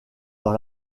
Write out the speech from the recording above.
dans